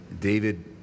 David